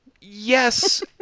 Yes